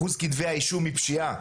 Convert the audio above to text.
אחוז כתבי האישום מפשיעה,